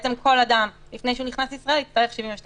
כל אדם לפני שנכנס לישראל יצטרך 72